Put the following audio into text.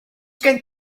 gen